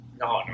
No